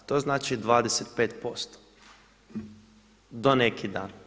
A to znači 25%, do neki dan.